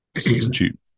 substitute